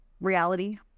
reality